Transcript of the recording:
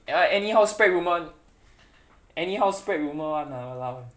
that one anyhow spread rumour [one] anyhow spread rumour [one] ah !walao!